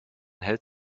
hält